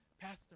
Pastor